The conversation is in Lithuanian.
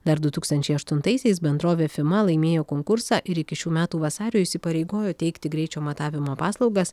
dar du tūkstančiai aštuntaisiais bendrovė fima laimėjo konkursą ir iki šių metų vasario įsipareigojo teikti greičio matavimo paslaugas